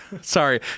sorry